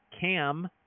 Cam